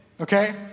okay